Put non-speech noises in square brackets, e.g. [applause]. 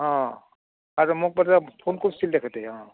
আ [unintelligible] ফোন কৰিছিল তেখেতে অ'